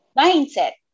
mindset